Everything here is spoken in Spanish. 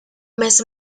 mes